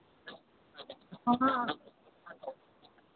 हाँ